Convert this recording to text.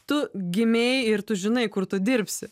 tu gimei ir tu žinai kur tu dirbsi